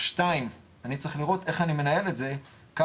ב' אני צריך לראות איך אני מנהל את זה כך